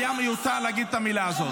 כבוד השר, היה מיותר להגיד את המילה הזו.